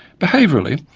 behaviourally,